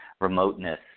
remoteness